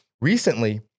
recently